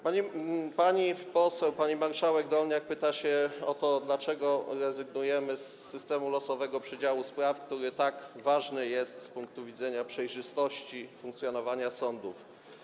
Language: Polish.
Pani poseł, pani marszałek Dolniak pyta o to, dlaczego rezygnujemy z systemu losowego przydziału spraw, który tak ważny jest z punktu widzenia przejrzystości funkcjonowania sądów.